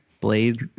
Blade